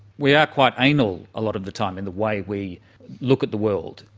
we are quite anal a lot of the time in the way we look at the world,